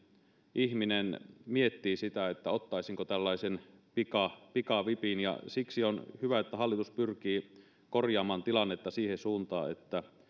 ihminen miettii sitä ottaisiko tällaisen pikavipin pikavipin ja siksi on hyvä että hallitus pyrkii korjaamaan tilannetta siihen suuntaan että